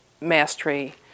mastery